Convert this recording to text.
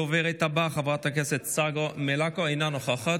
הדוברת הבאה, חברת הכנסת צגה מלקו, אינה נוכחת,